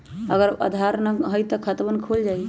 अगर आधार न होई त खातवन खुल जाई?